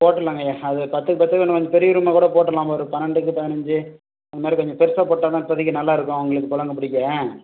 போட்டுருலாங்கய்யா அது பத்துக்கு பத்து இன்னும் கொஞ்சம் பெரிய ரூமாக கூட போட்டுருலாம் ஒரு பன்னெண்டுக்கு பதினஞ்சு அந்த மாரி கொஞ்சம் பெருசாக போட்டோம்னா இப்போதிக்கு நல்லாருக்கும் அவங்களுக்கு புழங்க பிடிக்க